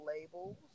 labels